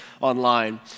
online